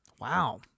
Wow